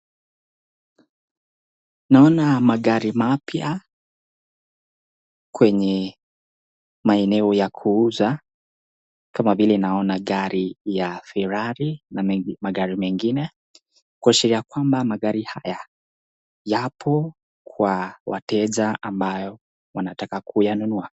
Naona magari mapya kwenye maeneo ya kuuza kama vile naona gari ya ferari na magari mengine kuonesha kwamba yapo kwa wateja ambao wanataka kuyanunua.